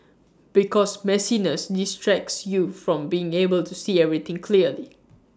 because messiness distracts you from being able to see everything clearly